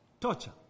torture